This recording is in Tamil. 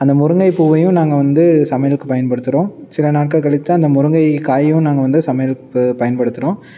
அந்த முருங்கை பூவையும் நாங்கள் வந்து சமையலுக்கு பயன்படுத்துகிறோம் சில நாட்கள் கழித்து தான் அந்த முருங்கை காயையும் நாங்கள் வந்து சமையலுக்கு பயன்படுத்துகிறோம்